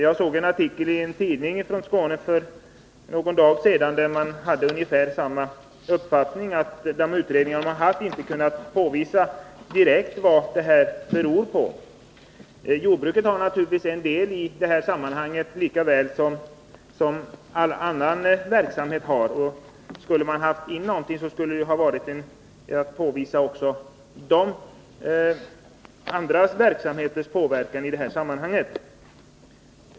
Jag såg en artikel i en tidning från Skåne för någon dag sedan där man hade ungefär samma uppfattning, nämligen att de utredningar som har gjorts inte har kunnat påvisa direkt vad föroreningarna beror på. Jordbruket har naturligtvis en del i det hela, lika väl som all annan verksamhet har det. Och skulle man ha tagit upp något mer, så skulle det ha varit att påvisa även andra verksamheters påverkan.